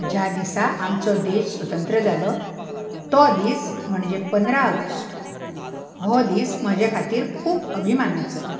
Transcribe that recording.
ज्या दिसा आमचो देश स्वतंत्र जालो तो दीस म्हणजे पंदरा ऑगस्ट हो दीस म्हजे खातीर खूब अभिमानाचो